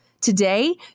Today